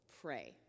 pray